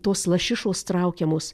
tos lašišos traukiamos